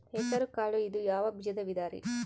ಹೆಸರುಕಾಳು ಇದು ಯಾವ ಬೇಜದ ವಿಧರಿ?